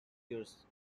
years